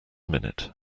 minute